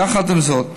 יחד עם זאת,